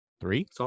three